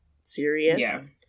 serious